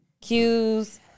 Cues